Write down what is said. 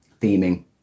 Theming